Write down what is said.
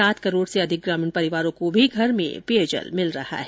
सात करोड़ से अधिक ग्रामीण परिवारों को भी घर में पेयजल मिल रहा है